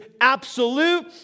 absolute